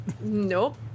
Nope